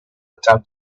attempt